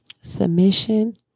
Submission